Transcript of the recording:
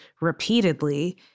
repeatedly